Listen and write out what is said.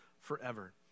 forever